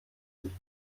sich